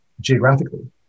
geographically